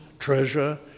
Treasure